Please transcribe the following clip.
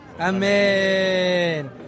Amen